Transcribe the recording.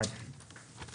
אני